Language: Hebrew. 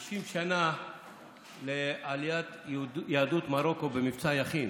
60 שנה לעליית יהדות מרוקו במבצע יכין.